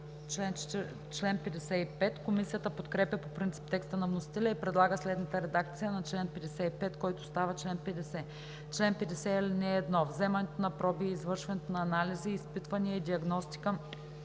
Комисията подкрепя по принцип текста на вносителя и предлага следната редакция на чл. 55, който става чл. 50: „Чл. 50. (1) Вземането на проби и извършването на анализи, изпитвания и диагностика